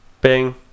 bing